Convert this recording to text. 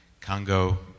Congo